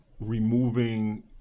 removing